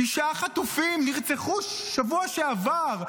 שישה חטופים נרצחו בשבוע שעבר,